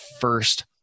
first